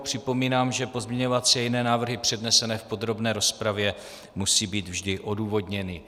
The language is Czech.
Připomínám, že pozměňovací a jiné návrhy přednesené v podrobné rozpravě musí být vždy odůvodněny.